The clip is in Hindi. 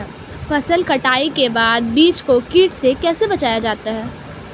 फसल कटाई के बाद बीज को कीट से कैसे बचाया जाता है?